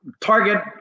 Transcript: target